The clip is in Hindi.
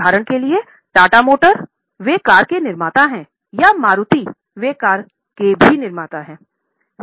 उदाहरण के लिए टाटा मोटर वे कार के निर्माता हैं या मारुति वे कार के निर्माता हैं